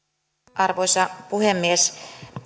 arvoisa puhemies